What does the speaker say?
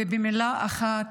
במילה אחת: